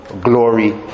glory